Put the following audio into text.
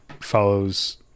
follows